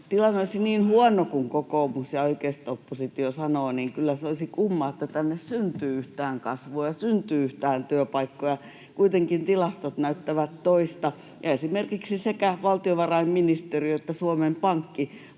tilanne olisi niin huono kuin kokoomus ja oikeisto-oppositio sanovat, niin kyllä se olisi kumma, että tänne syntyy kasvua ja syntyy työpaikkoja. Kuitenkin tilastot näyttävät toista. Esimerkiksi sekä valtiovarainministeriö että Suomen Pankki